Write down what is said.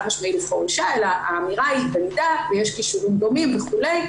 משמעי לבחור אישה' אלא האמירה היא שבמידה ויש כישורים דומים וכולי,